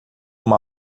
uma